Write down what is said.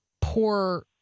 poor